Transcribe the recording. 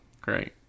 Great